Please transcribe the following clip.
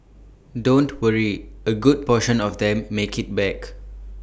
don't worry A good portion of them make IT back